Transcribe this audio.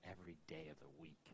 every-day-of-the-week